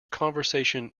conversation